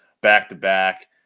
back-to-back